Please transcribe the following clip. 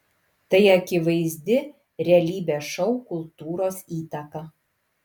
tai akivaizdi realybės šou kultūros įtaka